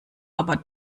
aber